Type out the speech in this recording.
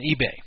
eBay